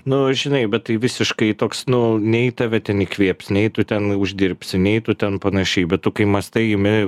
nu žinai bet tai visiškai toks nu nei tave ten įkvėps nei tu ten uždirbsi nei tu ten panašiai bet tu kai mąstai imi